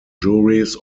juries